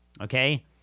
Okay